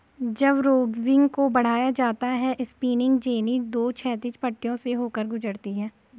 जब रोविंग को बढ़ाया जाता है स्पिनिंग जेनी दो क्षैतिज पट्टियों से होकर गुजरती है